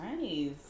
Nice